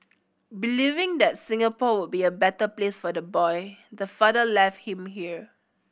believing that Singapore would be a better place for the boy the father left him here